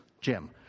Jim